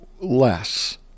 less